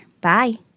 Bye